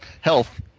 health